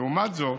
לעומת זאת,